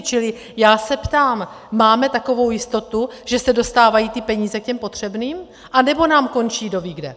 Čili já se ptám máme takovou jistotu, že se dostávají ty peníze k potřebným, anebo nám končí kdovíkde?